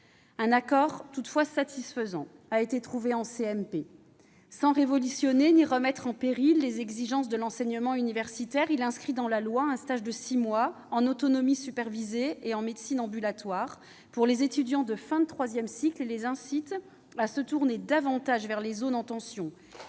Un accord satisfaisant a été trouvé en CMP. Sans révolutionner ni mettre en péril les exigences de l'enseignement universitaire, il inscrit dans la loi un stage de six mois, en autonomie supervisée et en médecine ambulatoire, pour les étudiants de fin de troisième cycle, ce qui les incite à se tourner davantage vers les zones en tension.